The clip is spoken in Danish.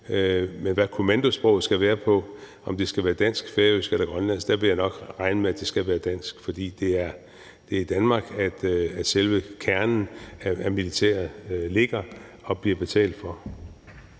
til hvad kommandosproget skal være på, altså om det skal være dansk, færøsk eller grønlandsk, vil jeg nok regne med, at det skal være dansk, fordi det er i Danmark, at selve kernen af militæret ligger og bliver betalt for.